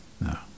no